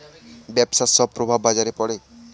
ব্যবসার সব প্রভাব বাজারে পড়ে